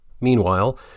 Meanwhile